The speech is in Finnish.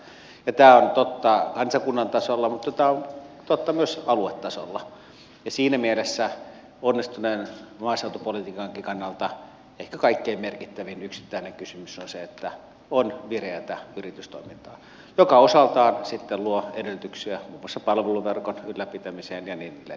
tämä on totta kansakunnan tasolla mutta tämä on totta myös aluetasolla ja siinä mielessä onnistuneen maaseutupolitiikankin kannalta ehkä kaikkein merkittävin yksittäinen kysymys on se että on vireätä yritystoimintaa joka osaltaan sitten luo edellytyksiä muun muassa palveluverkon ylläpitämiseen ja niin edelleen